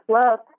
love